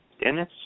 Dennis